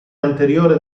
anteriore